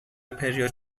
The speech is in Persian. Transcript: پریود